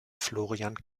florian